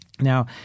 Now